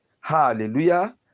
Hallelujah